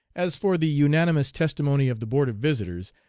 as for the unanimous testimony of the board of visitors,